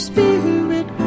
Spirit